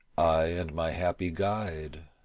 i and my happy guide.